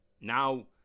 Now